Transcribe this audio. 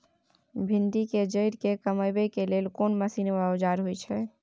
भिंडी के जईर के कमबै के लेल कोन मसीन व औजार होय छै?